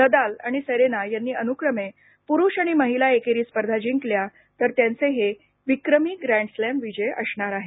Nadal आणि Serena यांनी अनुक्रमे पुरुष आणि महिला एकेरी स्पर्धा जिंकल्या तर त्यांचे हे विक्रमी ग्रॅंड स्लॅम विजय असणार आहेत